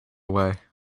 away